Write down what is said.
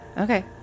Okay